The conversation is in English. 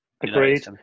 Agreed